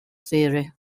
theory